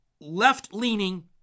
left-leaning